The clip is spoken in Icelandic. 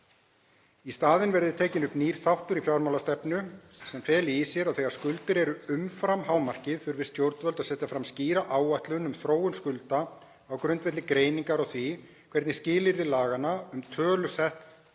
Í staðinn verði tekinn upp nýr þáttur í fjármálastefnu sem feli í sér að þegar skuldir eru umfram hámarkið þurfi stjórnvöld að setja fram skýra áætlun um þróun skulda á grundvelli greiningar á því hvernig skilyrði laganna um tölusett